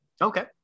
Okay